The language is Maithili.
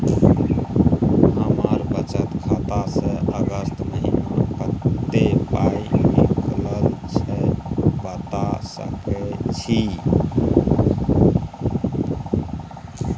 हमर बचत खाता स अगस्त महीना कत्ते पाई निकलल छै बता सके छि?